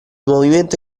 movimento